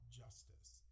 justice